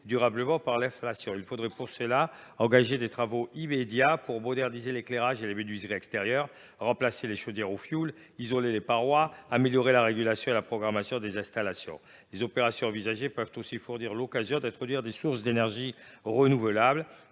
durablement par l’inflation. Il faudrait alors engager des travaux immédiats pour moderniser l’éclairage et les menuiseries extérieures, remplacer les chaudières au fioul, isoler les parois et améliorer la régulation et la programmation des installations. Les opérations envisagées peuvent aussi être l’occasion d’introduire des sources d’énergie renouvelable.